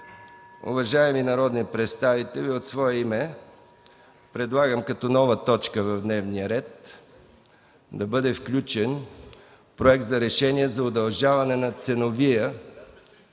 Уважаеми народни представители, от свое име предлагам като нова точка в дневния ред да бъде включен Проект за решение за удължаване на